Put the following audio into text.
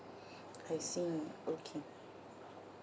I see okay